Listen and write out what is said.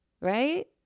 Right